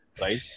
right